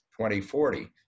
2040